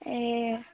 ए